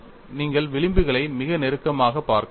நீங்கள் விளிம்புகளை மிக நெருக்கமாகப் பார்க்க வேண்டும்